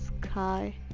sky